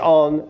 on